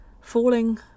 falling